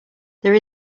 there